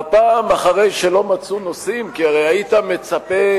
והפעם, אחרי שלא מצאו נושאים, כי הרי היית מצפה,